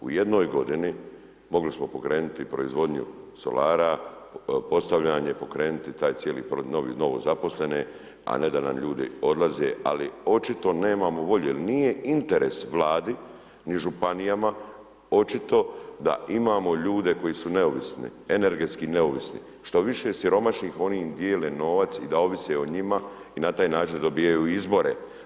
U jednoj godini mogli smo pokrenuti proizvodnju solara, postavljanje, pokrenuti taj cijeli novozaposlene, a ne da nam ljudi odlaze, ali očito nemamo volje jel nije interes Vladi, ni županijama, očito da imamo ljude koji su neovisni, energetski neovisni, što više siromašnih, oni im dijele novac i da ovise o njima i na taj način dobivaju izvore.